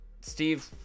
Steve